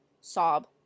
sob